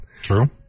True